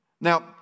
now